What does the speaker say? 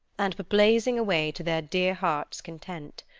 and were blazing away to their dear hearts' content.